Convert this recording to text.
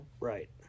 Right